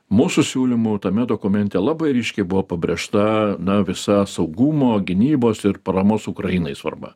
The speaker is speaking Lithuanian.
mūsų siūlymu tame dokumente labai ryškiai buvo pabrėžta na visa saugumo gynybos ir paramos ukrainai svarba